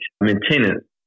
maintenance